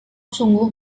sungguh